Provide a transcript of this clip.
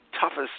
toughest